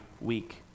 week